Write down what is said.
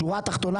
השורה התחתונה,